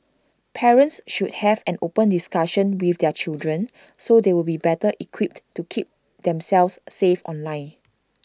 parents should have an open discussion with their children so they will be better equipped to keep themselves safe online